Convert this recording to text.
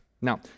Now